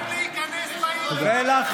תודה,